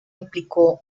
implicó